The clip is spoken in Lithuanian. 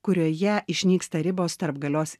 kurioje išnyksta ribos tarp galios